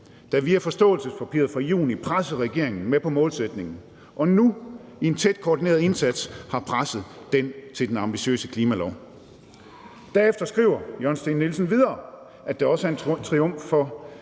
der via forståelsespapiret (...) fra juni pressede regeringen med på målsætningen og nu i en tæt koordineret indsats har presset den til den ambitiøse klimalov«. Derefter skriver Jørgen Steen Nielsen videre, at det også er en triumf for